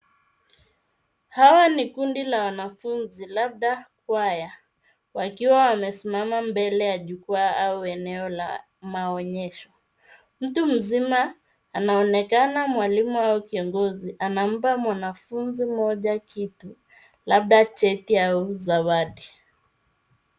Hawa ni kundi la wanafunzi labda kwaya wakiwa wamesimama mbele ya jukwaa au eneo la maonyesho mtu mzima anaonekana mwalimu au kiongozi anampa mwanafunzi mmoja kitu labda cheti au zawadi